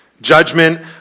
judgment